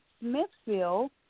Smithfield